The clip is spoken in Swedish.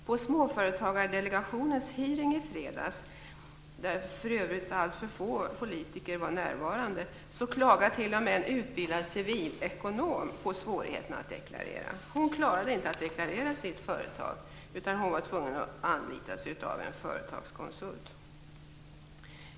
På småföretagardelegationens hearing i fredags, där för övrigt alltför få politiker var närvarande, klagade t.o.m. en utbildad civilekonom på svårigheterna att deklarera. Hon klarade inte att deklarera sitt företag, utan var tvungen att anlita en företagskonsult.